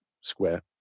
square